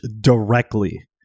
directly